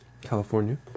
California